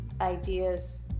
ideas